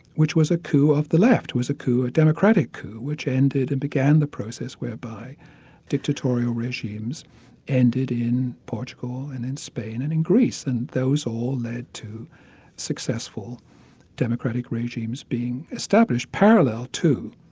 which was a coup of the left, was a democratic coup which ended and began the process whereby dictatorial regimes ended in portugal and in spain and in greece, and those all led to successful democratic regimes being established parallel to,